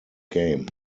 game